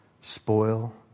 spoil